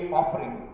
offering